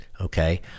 okay